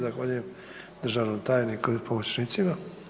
Zahvaljujem državnom tajniku i pomoćnicima.